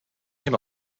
him